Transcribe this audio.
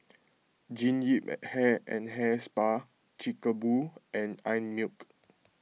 Jean Yip Hair and Hair Spa Chic A Boo and Einmilk